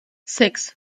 six